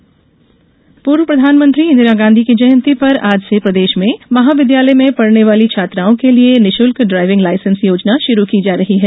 licence पूर्व प्रधानमंत्री इंदिरा गांधी की जयंती पर आज से प्रदेश में महाविद्यालय में पढ़ने वाली छात्राओं के लिए निशुल्क ड्राइविंग लायसेंस योजना शुरू की जा रही है